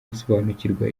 gusobanukirwa